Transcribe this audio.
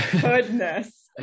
goodness